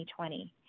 2020